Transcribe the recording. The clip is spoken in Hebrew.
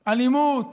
אלימות,